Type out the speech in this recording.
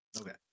okay